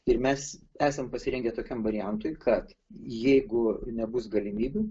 ir mes esam pasirengę tokiam variantui kad jeigu nebus galimybių